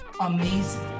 amazing